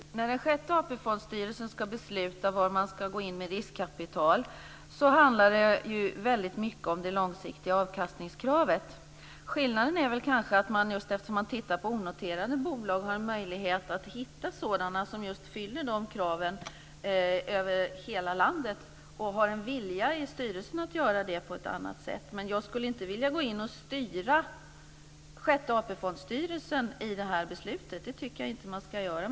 Fru talman! När sjätte fondstyrelsen ska besluta var man ska gå in med riskkapital handlar det väldigt mycket om det långsiktiga avkastningskravet. Skillnaden är kanske att man, eftersom man tittar på onoterade bolag, har en möjlighet att hitta sådana som just fyller de kraven över hela landet och har en vilja i styrelsen att göra det på ett annat sätt. Men jag skulle inte vilja gå in och styra sjätte fondstyrelsen i det här beslutet. Det tycker jag inte att man ska göra.